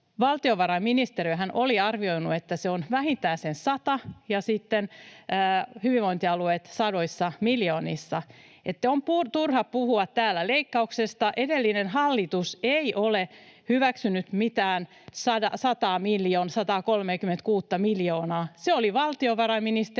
valtiovarainministeriöhän oli arvioinut, että se on vähintään sen 100, ja sitten hyvinvointialueet sadoissa miljoonissa. On turha puhua täällä leikkauksesta. Edellinen hallitus ei ole hyväksynyt mitään 136:ta miljoonaa. Se oli valtiovarainministeriön